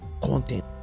content